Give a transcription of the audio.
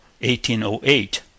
1808